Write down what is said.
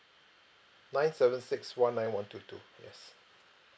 nine seven six one nine one two two yes